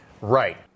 right